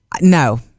No